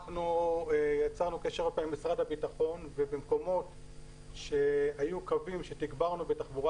אנחנו יצרנו קשר עם משרד הביטחון ובמקומות שהיו קווים שתגברנו בתחבורה